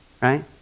Right